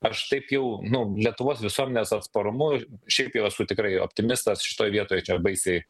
aš taip jau nu lietuvos visuomenės atsparumu šiaip jau esu tikrai optimistas šitoj vietoj čia baisiai